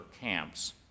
camps